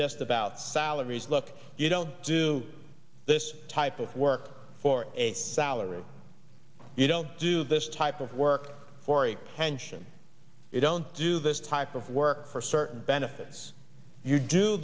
just about salaries look you don't do this type of work for a salary you don't do this type of work for a pension you don't do this type of work for certain benefits you do